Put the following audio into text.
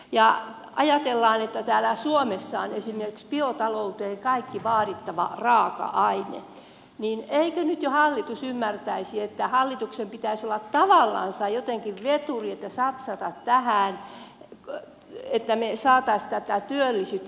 jos ajatellaan että täällä suomessa on esimerkiksi biotalouteen kaikki vaadittava raaka aine niin eikö nyt jo hallitus ymmärtäisi että hallituksen pitäisi olla tavallansa jotenkin veturi satsata tähän että me saisimme tätä työllisyyttä parannettua